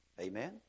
Amen